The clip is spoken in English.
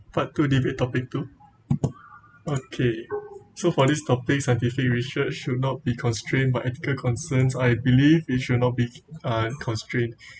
part two debate topic two okay so for this topic scientific research should not be constrained by ethical concerns I believe it should not be uh constraint